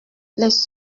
les